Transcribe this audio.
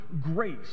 grace